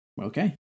Okay